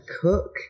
cook